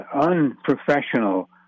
unprofessional